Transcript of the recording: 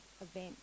event